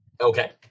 Okay